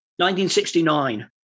1969